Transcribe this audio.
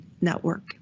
network